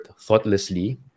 thoughtlessly